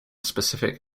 specific